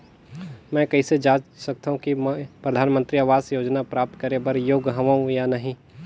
मैं कइसे जांच सकथव कि मैं परधानमंतरी आवास योजना प्राप्त करे बर योग्य हववं या नहीं?